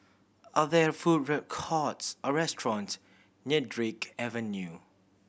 are there food recourts or restaurants near Drake Avenue